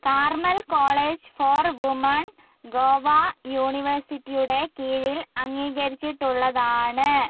Carmel College for Women Goa യൂണിവേഴ്സിറ്റിയുടെ കീഴിൽ അംഗീകരിച്ചിട്ടുള്ളതാണ്